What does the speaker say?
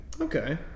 Okay